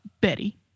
Betty